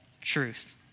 truth